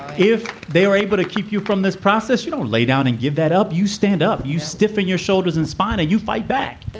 if they were able to keep you from this process, you don't lay down and give that up. you stand up, you stiffen your shoulders and spine, you fight back.